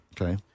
Okay